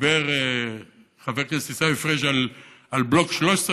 דיבר חבר הכנסת עיסאווי פריג' על בלוק 13,